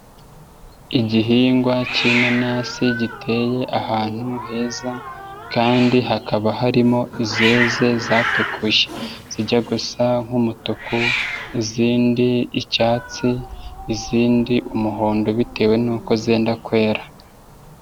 Igihingwa cy'inanasi giteye ahantu heza kandi hakaba harimo izeze zatukuye zijya gusa nk'umutuku, izindi icyatsi, izindi umuhondo bitewe n'uko zenda kwera.